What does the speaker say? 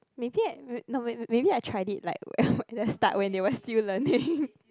maybe I no maybe I tried it like at the start when they were still learning